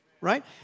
right